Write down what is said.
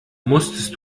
musstest